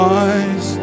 eyes